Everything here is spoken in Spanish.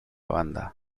banda